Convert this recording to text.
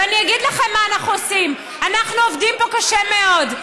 ואני אגיד לכם מה אנחנו עושים: אנחנו עובדים פה קשה מאוד.